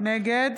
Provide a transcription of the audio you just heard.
נגד